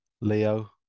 Leo